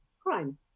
Crime